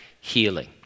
healing